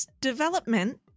development